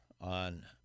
on